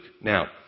Now